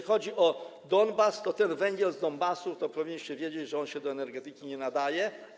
chodzi o Donbas, to węgiel z Donbasu - to powinniście wiedzieć - się do energetyki nie nadaje.